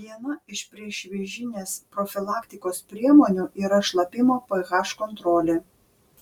viena iš priešvėžinės profilaktikos priemonių yra šlapimo ph kontrolė